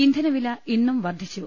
ഇന്ധനവില് ഇന്നും വർദ്ധിച്ചു